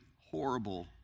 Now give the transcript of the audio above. horrible